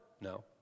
No